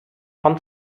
pan